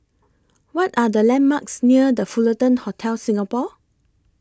What Are The landmarks near The Fullerton Hotel Singapore